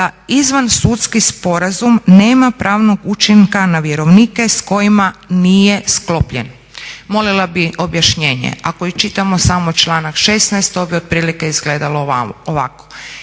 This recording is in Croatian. da izvan sudski sporazum nema pravnog učinka na vjerovnike s kojima nije sklopljen. Molila bih objašnjenje. Ako i čitamo samo članak 16. to bi otprilike izgledalo ovako.